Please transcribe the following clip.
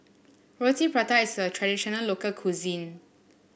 Roti Prata is a traditional local cuisine